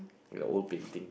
the old painting